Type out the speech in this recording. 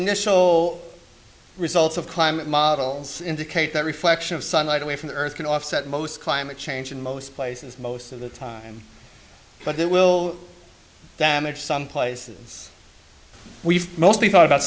initial results of climate models indicate that reflection of sunlight away from the earth can offset most climate change in most places most of the time but it will damage some places we've mostly thought about